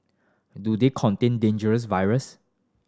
do they contain dangerous virus